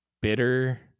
bitter